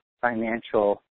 financial